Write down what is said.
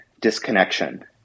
disconnection